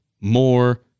more